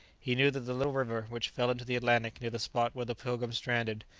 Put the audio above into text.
he knew that the little river, which fell into the atlantic near the spot where the pilgrim stranded,